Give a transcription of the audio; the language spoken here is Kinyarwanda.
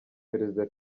perezida